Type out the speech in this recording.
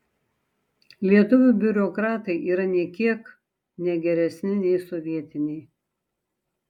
lietuvių biurokratai yra nė kiek ne geresni nei sovietiniai